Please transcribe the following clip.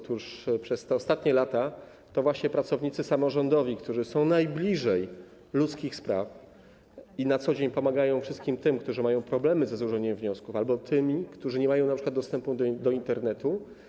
Otóż przez ostatnie lata to właśnie pracownicy samorządowi, którzy są najbliżej ludzkich spraw, na co dzień pomagali wszystkim tym, którzy mieli problemy ze złożeniem wniosku, albo tym, którzy nie mieli np. dostępu do Internetu.